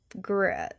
Grit